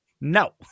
No